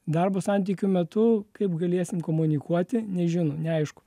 darbo santykių metu kaip galėsim komunikuoti nežino neaišku